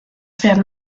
werden